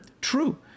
true